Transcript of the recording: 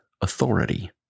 authority